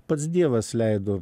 pats dievas leido